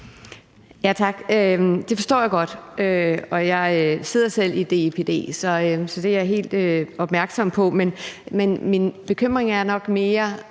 Tak. Det forstår jeg godt, og jeg sidder selv i DIPD, så det er jeg helt opmærksom på, men min bekymring er nok mere